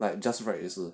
like just right 一次